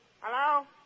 Hello